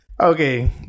Okay